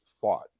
thought